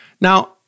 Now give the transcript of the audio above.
Now